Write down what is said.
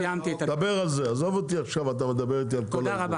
תודה רבה.